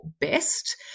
best